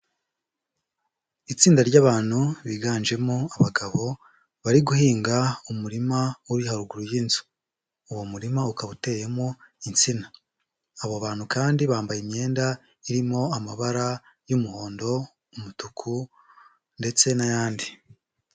Itsinda ry'abantu biganjemo abagabo bari guhinga umurima uri haruguru y'inzu. Uwo murima ukaba uteyemo insina. Abo bantu kandi bambaye imyenda irimo amabara y'umuhondo, umutuku ndetse n'ayandi.